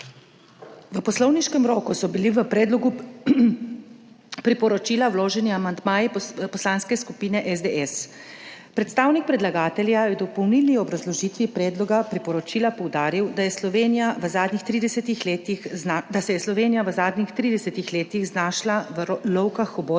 V poslovniškem roku so bili v predlogu priporočila vloženi amandmaji Poslanske skupine SDS. Predstavnik predlagatelja je v dopolnilni obrazložitvi predloga priporočila poudaril, da je Slovenija v zadnjih 30-letih, da se je znašla v lovkah hobotnic,